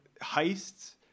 heists